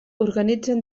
organitzen